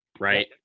right